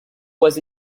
was